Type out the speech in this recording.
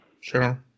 sure